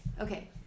okay